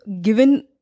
given